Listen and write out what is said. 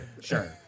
Sure